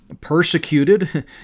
persecuted